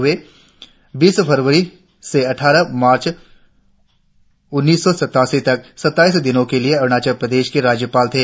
वे बीस फरवरी से अठठारह मार्च उन्नीस सौ सत्तासी तक सत्ताइस दिनो के लिए अरुणाचल प्रदेश के राज्यपाल थे